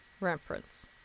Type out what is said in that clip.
reference